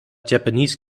japanese